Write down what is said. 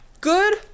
Good